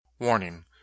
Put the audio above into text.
Warning